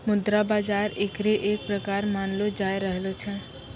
मुद्रा बाजार एकरे एक प्रकार मानलो जाय रहलो छै